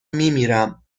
میمیرم